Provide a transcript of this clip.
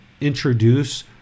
introduce